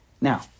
Now